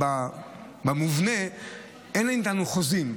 מבחינה מבנית אין להם איתנו חוזים,